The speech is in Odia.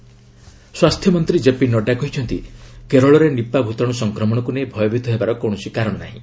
ନଡ୍ଜା ରାୟପ୍ରର ସ୍ୱାସ୍ଥ୍ୟମନ୍ତ୍ରୀ କେପି ନଡ୍ଗା କହିଛନ୍ତି କେରଳରେ ନିପା ଭୂତାଣୁ ସଂକ୍ରମଣକୁ ନେଇ ଭୟଭୀତ ହେବାର କୌଣସି କାରଣ ନାହିଁ